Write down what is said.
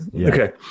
Okay